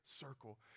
circle